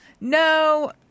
No